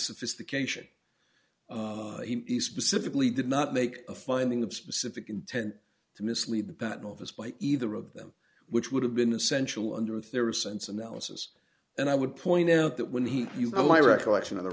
sophistication he specifically did not make a finding of specific intent to mislead the patent office by either of them which would have been essential under a theory since analysis and i would point out that when he you know my recollection of the